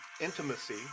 intimacy